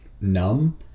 numb